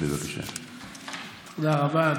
תודה רבה.